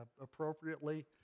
appropriately